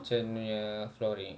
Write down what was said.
kitchen punya flooring